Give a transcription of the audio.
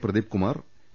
Pradeepkumar A